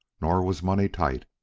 nor was money tight.